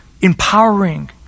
empowering